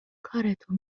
کارتو